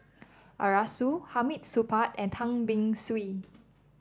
Arasu Hamid Supaat and Tan Beng Swee